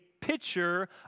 picture